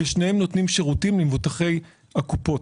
ושניהם נותנים שירותים למבוטחי הקופות.